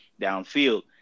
downfield